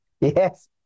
Yes